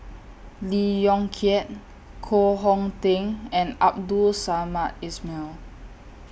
Lee Yong Kiat Koh Hong Teng and Abdul Samad Ismail